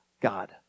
God